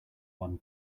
one